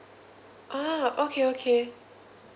ah okay okay